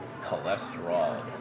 cholesterol